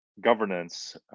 governance